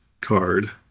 card